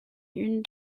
une